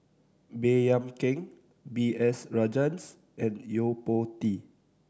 Baey Yam Keng B S Rajhans and Yo Po Tee